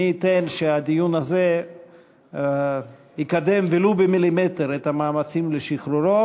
מי ייתן שהדיון הזה יקדם ולו במילימטר את המאמצים לשחרורו,